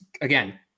again